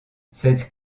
cette